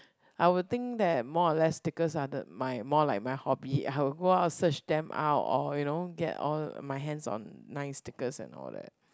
I would think that more or less stickers are the my more like more hobby I will go out search them out or you know get all my hands on nice stickers and all that